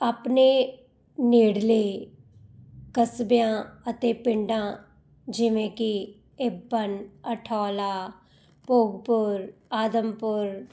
ਆਪਣੇ ਨੇੜਲੇ ਕਸਬਿਆਂ ਅਤੇ ਪਿੰਡਾਂ ਜਿਵੇਂ ਕਿ ਇਬਨ ਅਠੋਲਾ ਭੋਗਪੁਰ ਆਦਮਪੁਰ